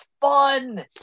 fun